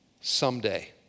someday